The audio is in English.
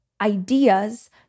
ideas